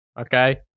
Okay